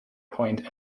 point